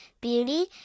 beauty